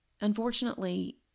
Unfortunately